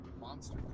Monster